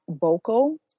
vocal